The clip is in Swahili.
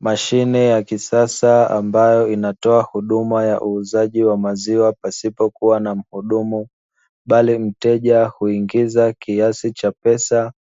Mashine ya kisasa ambayo inatoa huduma ya uuzaji wa maziwa pasipokuwa na mhudumu, bali mteja huingiza kiasi cha pesa